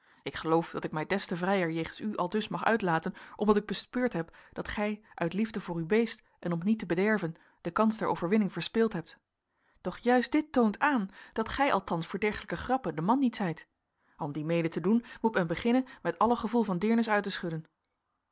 ik geloof dat ik mij des te vrijer jegens u aldus mag uitlaten omdat ik bespeurd heb dat gij uit liefde voor uw beest en om het niet te bederven de kans der overwinning verspeeld hebt doch juist dit toont aan dat gij althans voor dergelijke grappen de man niet zijt om die mede te doen moet men beginnen met alle gevoel van deernis uit te schudden